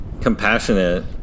compassionate